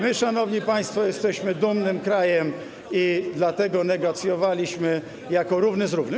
My, szanowni państwo, jesteśmy dumnym krajem, dlatego negocjowaliśmy jak równy z równym.